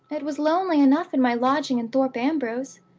it was lonely enough in my lodging in thorpe ambrose,